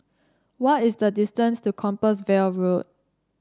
what is the distance to Compassvale Road